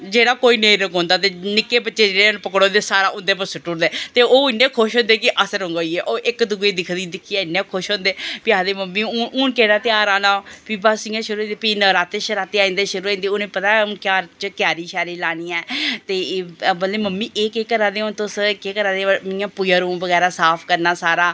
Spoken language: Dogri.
जेह्ड़ा कोई नेईं रंगोंदा दे जेह्ड़े निक्के बच्चे होंदे सारा उंदे पर सुट्टी ओड़दे ते ओह् इन्ने खुश होंदे कि अस रंगोई गे ओह् इक दुुए गी दिक्खियै इन्ने खुश होंदे फ्ही आखदे मम्मी हून केह्ड़ा ध्योहार आना प्ही इयां शुरु होई जंदे फ्ही नराते शराते आई जंदे फ्ही इयां शुरु होई जंदे कैरी शैरी लैनी ऐ ते एह् आखदे एह् केह् करा दे मम्मी अह् केह् करा दे पूजा रूम बगैरा साफ करना सारा